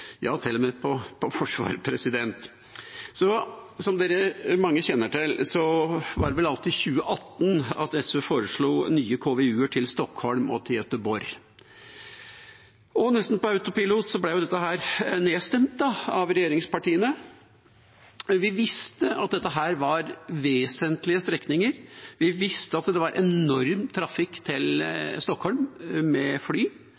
forsvar. Som mange kjenner til, var det vel alt i 2018 at SV foreslo nye KVU-er til Stockholm og til Göteborg, og nesten på autopilot ble det nedstemt av regjeringspartiene. Vi visste at dette var vesentlige strekninger. Vi visste at det var enorm trafikk til Stockholm med fly.